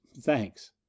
Thanks